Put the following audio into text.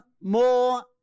more